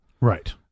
Right